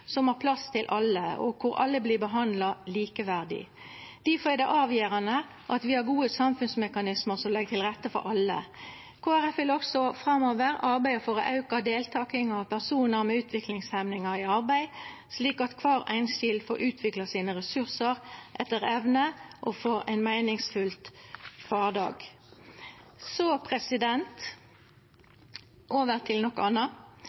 som har plass til alle, og der alle vert behandla likeverdig. Difor er det avgjerande at vi har gode samfunnsmekanismar som legg til rette for alle. Kristeleg Folkeparti vil også framover arbeida for å auka deltakinga av personar med utviklingshemmingar i arbeid, slik at kvar einskild får utvikla sine ressursar etter evne, og får ein meiningsfylt kvardag. Så over til noko anna: